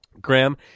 Graham